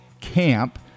camp